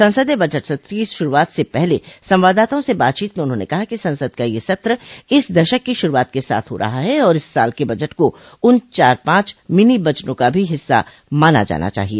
संसद में बजट सत्र की शुरूआत से पहले संवाददाताओं से बातचीत में उन्होंने कहा कि संसद का यह सत्र इस दशक की शुरूआत के साथ हो रहा है और इस साल के बजट को उन चार पांच मिनी बजटों का ही हिस्सा माना जाना चाहिए